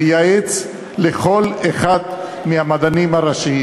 לייעץ לכל אחד מהמדענים הראשיים,